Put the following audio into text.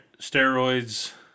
steroids